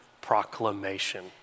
proclamation